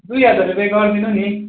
दुई हजार रुपे गरिदिनु नि